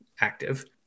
active